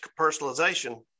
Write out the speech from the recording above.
personalization